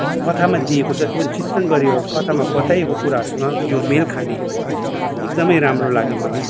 त्यो कथामा दिएको जत्ति पनि चित्रण गऱ्यो कथामा बताइएको कुराहरूसँग यो मेल खाने एकदमै राम्रो लाग्यो मलाई